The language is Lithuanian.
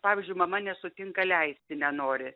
pavyzdžiui mama nesutinka leisti nenori